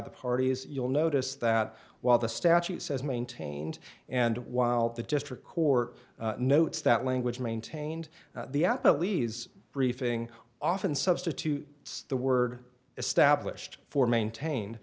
the parties you'll notice that while the statute says maintained and while the district court notes that language maintained the at billy's briefing often substitute the word established for maintained